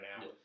now